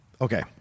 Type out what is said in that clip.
Okay